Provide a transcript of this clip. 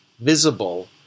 visible